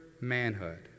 manhood